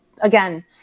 again